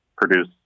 produce